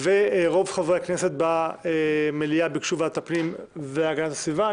רוב חברי הכנסת במליאה ביקשו שהדיון ייערך בוועדת הפנים והגנת הסביבה.